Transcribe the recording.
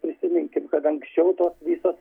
prisiminkim kad anksčiau tos visos